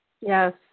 Yes